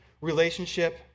relationship